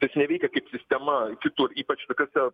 tas neveikia kaip sistema kitur ypač tokiose